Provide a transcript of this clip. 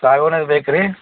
ಸಾಗ್ವಾನಿದ ಬೇಕು ರೀ